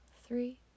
three